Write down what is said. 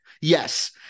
Yes